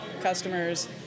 customers